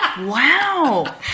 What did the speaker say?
Wow